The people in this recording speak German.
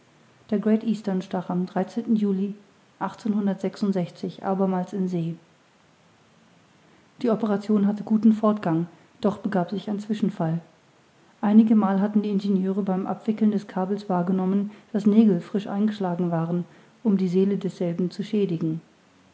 der great eastern stach am juli abermals in see die operation hatte guten fortgang doch begab sich ein zwischenfall einigemal hatten die ingenieure beim abwickeln des kabels wahrgenommen daß nägel frisch eingeschlagen waren um die seele desselben zu schädigen